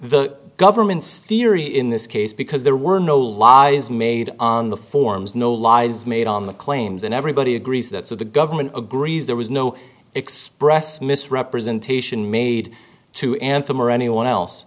the government's theory in this case because there were no lies made on the forms no lies made on the claims and everybody agrees that so the government agrees there was no express misrepresentation made to anthem or anyone else